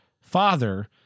father